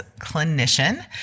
clinician